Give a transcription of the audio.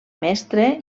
mestre